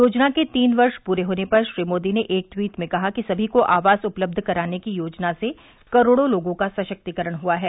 योजना के तीन वर्ष प्रे होने पर श्री मोदी ने एक ट्वीट में कहा कि सभी को आवास उपलब्ध कराने की योजना से करोड़ों लोगों का सशक्तिकरण हुआ है